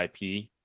ip